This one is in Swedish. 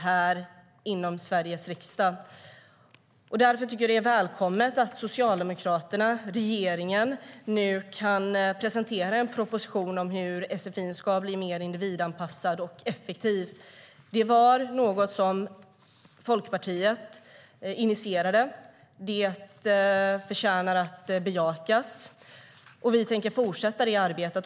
Därför är det välkommet att Socialdemokraterna, regeringen, nu kan presentera en proposition om hur sfi ska bli mer individanpassad och effektiv. Det var något som Folkpartiet initierade. Det förtjänar att bejakas, och vi tänker fortsätta det arbetet.